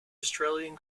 australian